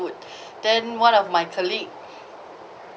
food then one of my colleague